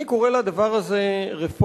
אני קורא לדבר הזה רפורמה,